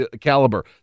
caliber